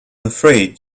afraid